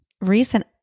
recent